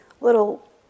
little